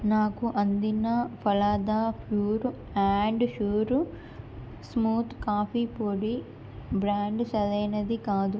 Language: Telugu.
నాకు అందిన falooda pure and sure smooth coffee పొడి బ్రాండ్ సరైనది కాదు